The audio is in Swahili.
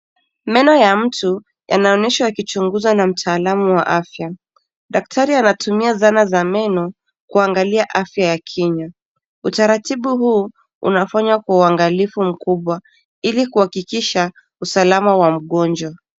Meno ya mtu yanaoneshwa yakichunguzwa na mtaalamu wa afya. Daktari anatumia zana za meno, kuangalia afya ya kinywa. Utaratibu huu unafanywa kwa uangalifu mkubwa, ili kuhakikisha usalama wa mgonjwa.